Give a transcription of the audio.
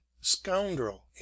scoundrel